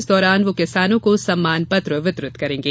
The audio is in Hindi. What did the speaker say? इस दौरान वह किसानों को सम्मान पत्र वितरित करेंगे